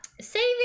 Saving